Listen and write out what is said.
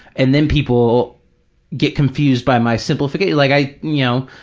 and then people get confused by my simplifica, like i, you know,